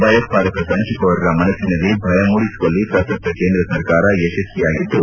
ಭಯೋತ್ಪಾದಕ ಸಂಚುಕೋರರ ಮನಸ್ಸಿನಲ್ಲಿ ಭಯ ಮೂಡಿಸುವಲ್ಲಿ ಪ್ರಸಕ್ತ ಕೇಂದ್ರ ಸರ್ಕಾರ ಯಶಸ್ವಿಯಾಗಿದ್ದು